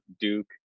Duke